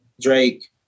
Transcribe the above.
Drake